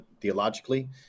theologically